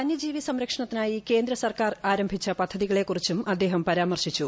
വന്യജീവി സംരക്ഷണത്തിനായി കേന്ദ്ര സർക്കാർ ആരംഭിച്ച പദ്ധതികളെ കുറിച്ചും അദ്ദേഹം പരാമർശിച്ചു